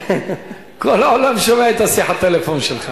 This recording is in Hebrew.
כל העולם שומע את שיחת הטלפון שלך.